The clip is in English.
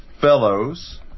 fellows